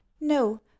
No